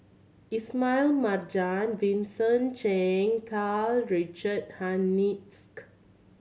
Ismail Marjan Vincent Cheng Karl Richard Hanitsch